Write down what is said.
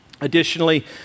Additionally